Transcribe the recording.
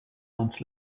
months